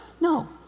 No